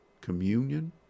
communion